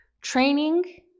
Training